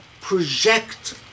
project